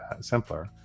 simpler